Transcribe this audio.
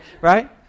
right